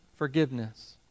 forgiveness